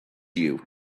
you